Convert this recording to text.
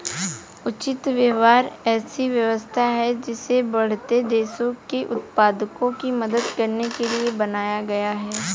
उचित व्यापार ऐसी व्यवस्था है जिसे बढ़ते देशों में उत्पादकों की मदद करने के लिए बनाया गया है